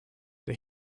der